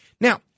Now